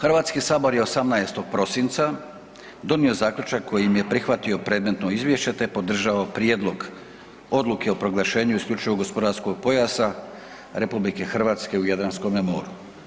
Hrvatski sabor je 18. prosinca donio zaključak kojim je prihvatio predmetno izvješće te podržao Prijedlog odluke o proglašenju isključivog gospodarskog pojasa RH u Jadranskom moru.